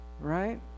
right